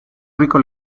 rico